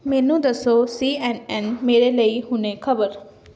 ਮੈਨੂੰ ਦੱਸੋ C N N ਮੇਰੇ ਲਈ ਹੁਣੇ ਖਬਰ